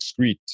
excrete